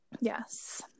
Yes